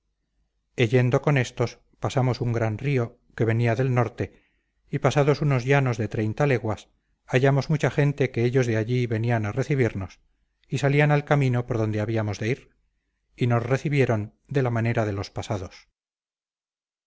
yendo con éstos pasamos un gran río que venía del norte y pasados unos llanos de treinta leguas hallamos mucha gente que lejos de allí venían a recibirnos y salían al camino por donde habíamos de ir y nos recibieron de la manera de los pasados